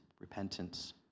repentance